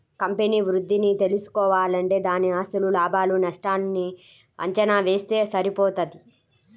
company వృద్ధిని తెల్సుకోవాలంటే దాని ఆస్తులు, లాభాలు నష్టాల్ని అంచనా వేస్తె సరిపోతది